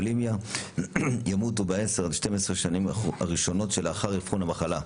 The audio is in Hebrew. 1% מחולות הבולימיה ימותו ב-10 12 השנים הראשונות שלאחר אבחון המחלה.